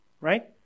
right